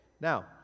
Now